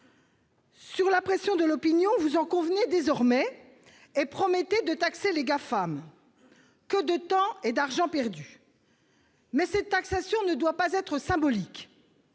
Sous la pression de l'opinion, vous en convenez désormais et promettez de taxer les GAFAM. Que de temps et d'argent perdus ! Cependant, cette taxation ne doit pas être symbolique.